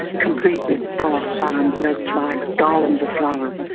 complete with brass bands, red flags, garlands of flowers.